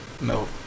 No